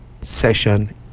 session